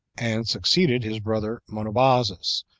and succeeded his brother monobazus,